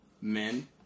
Men